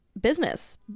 business